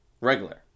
Regular